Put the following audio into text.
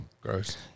Gross